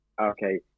Okay